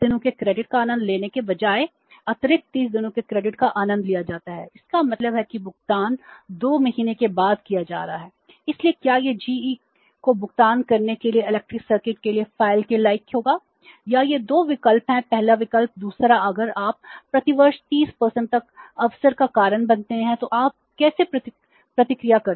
और अतिरिक्त 30 दिनों के क्रेडिट का आनंद लिया जाता है 10 दिनों के क्रेडिट के लिए फ़ाइल के लायक होगा यह ये दो विकल्प हैं पहला विकल्प दूसरा अगर आप प्रतिवर्ष 30 तक अवसर का कारण बनते हैं तो आप कैसे प्रतिक्रिया करते हैं